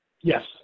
Yes